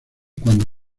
cuando